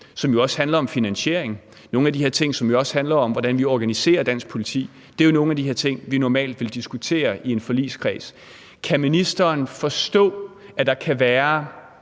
som jo også handler om finansiering, nogle af de her ting, som jo også handler om, hvordan vi organiserer dansk politi, er jo nogle af de her ting, vi normalt ville diskutere i en forligskreds. Kan ministeren forstå, at der kan være